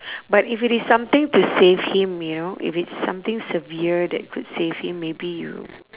but if it is something to save him you know if it's something severe that could save him maybe you